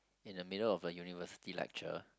in a middle of a university lecture